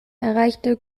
erreichte